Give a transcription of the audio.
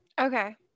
Okay